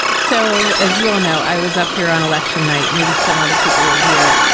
so as you all know, i was up here on election night. maybe some other people were here.